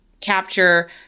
capture